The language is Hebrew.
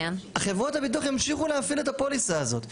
החברות הביטוח ימשיכו להפעיל את הפוליסה הזאת.